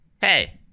hey